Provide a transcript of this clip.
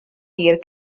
hir